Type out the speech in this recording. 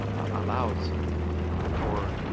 allows for